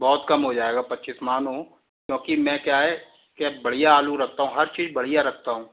बहुत कम हो जाएगा पच्चीस मानो क्योंकि मैं क्या है एक बढ़िया आलू रखता हूँ हर चीज़ बढ़िया रखता हूँ